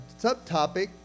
subtopic